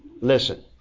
Listen